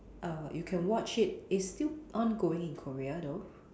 uh you can watch it it's still ongoing in Korea though